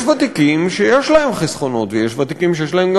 יש ותיקים שיש להם חסכונות ויש ותיקים שיש להם גם